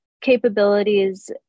capabilities